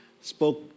spoke